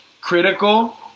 Critical